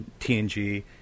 TNG